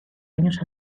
años